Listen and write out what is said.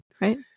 Right